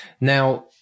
now